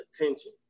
attention